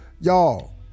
Y'all